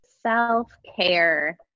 Self-care